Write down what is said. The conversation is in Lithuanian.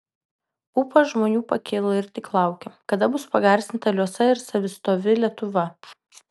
ūpas žmonių pakilo ir tik laukė kada bus pagarsinta liuosa ir savistovi lietuva